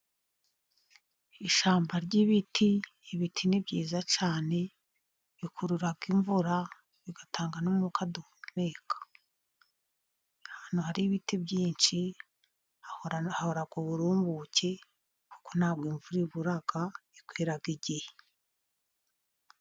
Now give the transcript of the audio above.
Ishyamba ry'ibiti, ibiti ni byiza cyane, bikurura imvura, bigatanga n'umwuka duhumeka .Ahantu hari ibiti byinshi, hahora uburumbuke ,kuko ntabwo imvura ibura, igwira igihe.